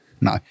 No